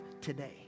today